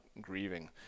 grieving